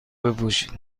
بپوشید